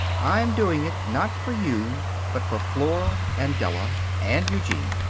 i'm doing it, not for you, but for flora, and della and eugene.